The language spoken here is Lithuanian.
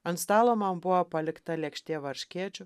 ant stalo man buvo palikta lėkštė varškėčių